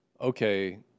okay